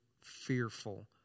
fearful